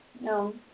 No